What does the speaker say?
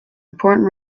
important